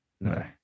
No